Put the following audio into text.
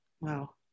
wow